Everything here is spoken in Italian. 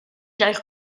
dal